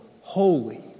holy